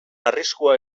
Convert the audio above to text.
arriskua